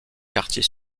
quartier